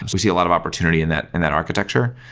we see a lot of opportunity in that and that architecture.